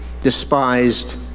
despised